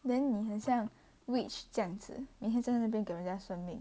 then 你很像 witch 这样子每天在那边给人家算命